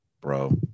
bro